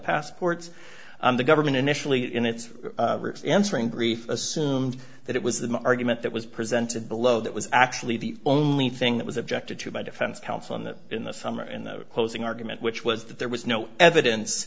passports and the government initially in its answering brief assumed that it was the argument that was presented below that was actually the only thing that was objected to by defense counsel in that in the summer in the closing argument which was that there was no evidence